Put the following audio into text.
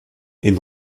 est